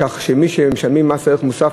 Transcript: כך שמי שמשלמים מס ערך מוסף,